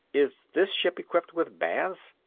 is this ship equipped with baths?